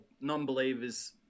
non-believers